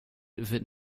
wird